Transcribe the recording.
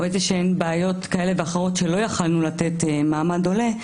או בעיות כאלה ואחרות שלא יכולנו לתת מעמד עולה,